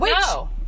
No